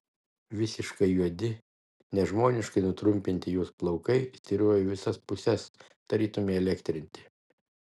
visiškai juodi nežmoniškai nutrumpinti jos plaukai styrojo į visas puses tarytum įelektrinti